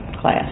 class